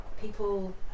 people